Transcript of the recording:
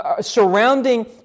surrounding